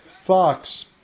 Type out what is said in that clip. Fox